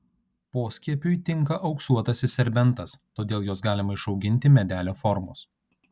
poskiepiui tinka auksuotasis serbentas todėl juos galima išauginti medelio formos